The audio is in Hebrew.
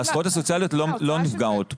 הזכויות הסוציאליות לא נפגעות כאן.